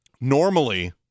Normally